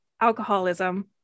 alcoholism